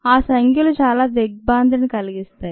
ఆ సంఖ్యలు చాలా దిగ్భ్రాంతిని కలిగిస్తాయి